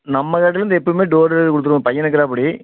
நம்ம கடையில் இருந்து எப்பவுமே டோர் டெலிவரி கொடுத்துருவோம் பையன் இருக்கிறாப்படி